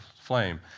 flame